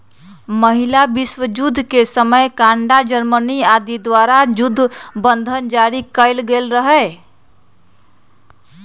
पहिल विश्वजुद्ध के समय कनाडा, जर्मनी आदि द्वारा जुद्ध बन्धन जारि कएल गेल रहै